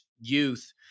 youth